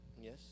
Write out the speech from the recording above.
Yes